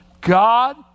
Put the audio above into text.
God